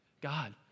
God